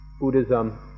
Buddhism